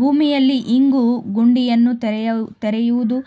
ಭೂಮಿಯಲ್ಲಿ ಇಂಗು ಗುಂಡಿಯನ್ನು ತೆರೆಯುವುದು,